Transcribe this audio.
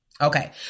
Okay